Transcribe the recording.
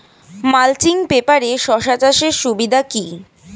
Mulching পেপারে শসা চাষের সুবিধা কি?